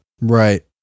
Right